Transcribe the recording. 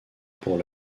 pour